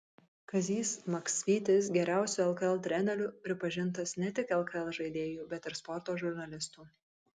kazys maksvytis geriausiu lkl treneriu pripažintas ne tik lkl žaidėjų bet ir sporto žurnalistų